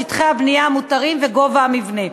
שטחי הבנייה המותרים וגובה המבנה.